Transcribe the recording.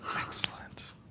Excellent